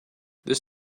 this